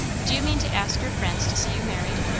do you mean to ask your friends to see you married?